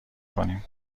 کنیم